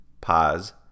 pause